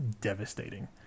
devastating